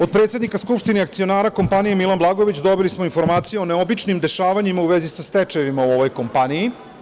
Od predsednika skupštine akcionara kompanije „Milan Blagojević“ dobili smo informacije o neobičnim dešavanjima u vezi sa stečajima u ovoj kompaniji.